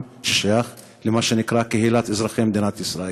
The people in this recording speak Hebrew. עם ששייך למה שנקרא קהילת אזרחי מדינת ישראל.